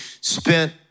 spent